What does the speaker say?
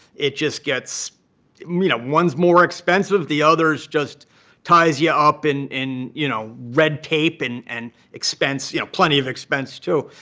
it just gets i mean one's more expensive. the other just ties you up in, you know, red tape and and expense, you know, plenty of expense too.